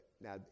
now